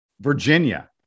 Virginia